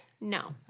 No